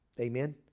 Amen